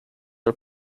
are